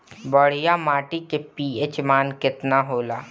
बढ़िया माटी के पी.एच मान केतना होला?